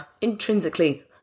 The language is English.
intrinsically